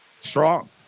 Strong